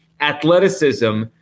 athleticism